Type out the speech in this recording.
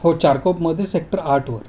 हो चारकोपमध्ये सेक्टर आठवर